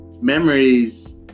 memories